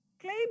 Claim